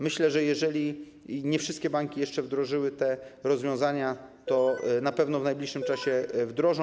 Myślę, że jeżeli nie wszystkie banki wdrożyły te rozwiązania, to na pewno w najbliższym czasie je wdrożą.